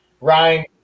Ryan